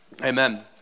Amen